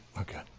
Okay